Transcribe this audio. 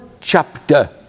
chapter